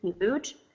huge